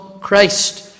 Christ